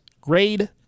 Grade